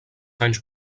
anys